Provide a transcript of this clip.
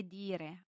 dire